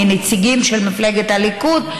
מנציגים של מפלגת הליכוד,